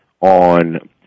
on